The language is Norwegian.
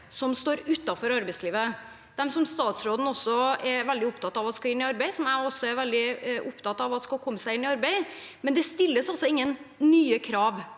som står utenfor arbeidslivet. Statsråden er veldig opptatt av at de skal inn i arbeid, og også jeg er veldig opptatt av at de skal komme seg inn i arbeid, men det stilles altså ingen nye krav